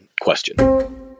question